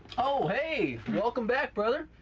oh hey! welcome back, brother!